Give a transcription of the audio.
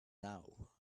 now